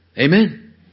Amen